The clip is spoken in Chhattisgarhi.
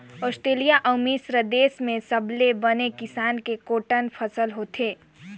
आस्टेलिया अउ मिस्र देस में सबले बने किसम के कॉटन फसल होथे